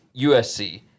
USC